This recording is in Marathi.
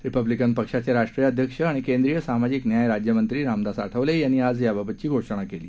रिपल्बिकन पक्षाचे राष्ट्रीय अध्यक्ष आणि केंद्रीय सामाजिक न्याय राज्यमंत्री रामदास आठवले यांनी आज याबाबतची घोषणा केली